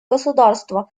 государства